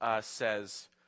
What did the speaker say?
Says